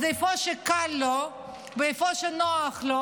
אז איפה שקל לו ואיפה שנוח לו,